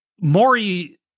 maury